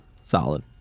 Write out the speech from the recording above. Solid